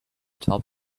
top